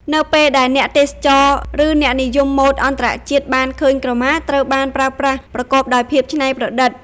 នៅពេលដែលអ្នកទេសចរ ឬអ្នកនិយមម៉ូដអន្តរជាតិបានឃើញក្រមាត្រូវបានប្រើប្រាស់ប្រកបដោយភាពច្នៃប្រឌិត។